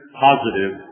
positive